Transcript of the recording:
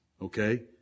Okay